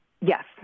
yes